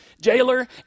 jailer